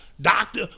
doctor